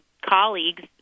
colleagues